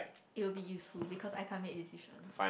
it will be useful because I can't make decisions